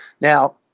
Now